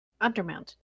undermount